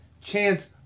chance